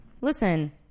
Listen